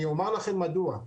אני אומר לכם מדוע.